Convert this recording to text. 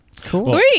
Cool